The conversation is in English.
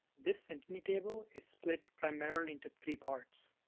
this synteny table is split primarily into three parts.